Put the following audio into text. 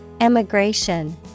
Emigration